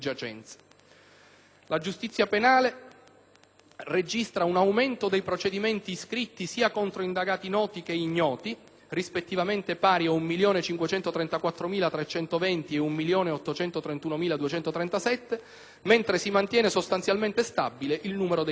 La giustizia penale registra un aumento dei procedimenti iscritti sia contro indagati noti che ignoti (rispettivamente pari a 1.534.320 e 1.831.237), mentre si mantiene sostanzialmente stabile il numero dei processi.